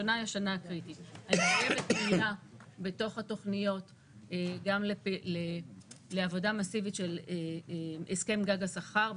בתוך התוכניות יש גם עבודה מאסיבית של הסכם גג השכר.